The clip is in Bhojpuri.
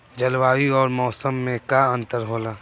जलवायु और मौसम में का अंतर होला?